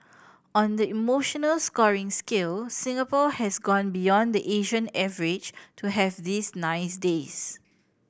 on the emotional scoring scale Singapore has gone beyond the Asian average to have these nice days